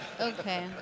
Okay